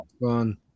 fun